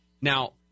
Now